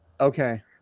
Okay